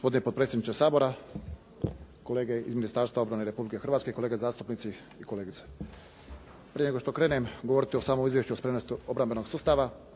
nego što krenem govoriti o samom izvješću o spremnosti obrambenog sustava,